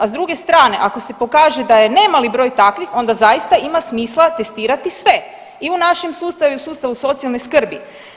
A s druge strane ako se pokaže da je nemali broj takvih onda zaista ima smisla testirati sve i u našem sustavu i u sustavu socijalne skrbi.